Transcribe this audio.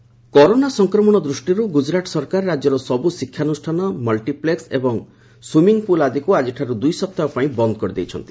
Gujarat corona corona ସଂକ୍ରମଣ ଦୃଷ୍ଟିରୁ ଗୁଜୁରାଟ ସରକାର ରାଜ୍ୟର ସବୁ ଶିକ୍ଷାନୁଷାନ ମଲ୍ଟିପ୍ଲେକ୍ସ ଏବଂ ସୁଇମିଂ ପୁଲ୍ ଆଦିକୁ ଆଜିଠାରୁ ଦୁଇ ସପ୍ତାହ ପାଇଁ ବନ୍ଦ୍ କରିଦେଇଛନ୍ତି